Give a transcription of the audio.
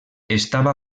estava